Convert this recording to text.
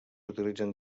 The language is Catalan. utilitzen